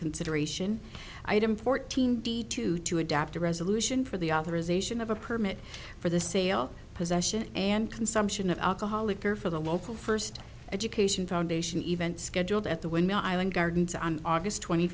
consideration item fourteen d two to adopt a resolution for the authorization of a permit for the sale possession and consumption of alcohol liquor for the local first education foundation event scheduled at the windmill island gardens on august twenty